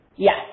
Yes